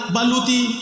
Baluti